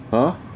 !huh!